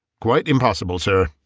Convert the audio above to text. quite impossible, sir,